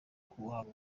guhanga